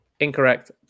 Incorrect